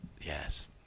Yes